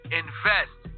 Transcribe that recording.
Invest